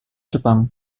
jepang